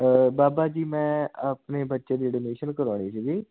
ਬਾਬਾ ਜੀ ਮੈਂ ਆਪਣੇ ਬੱਚੇ ਦੀ ਅਡਮਿਸ਼ਨ ਕਰਵਾਉਣੀ ਸੀਗੀ